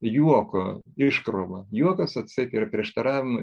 juoko iškrova juokas atseit yra prieštaravimų